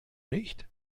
nicht